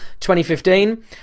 2015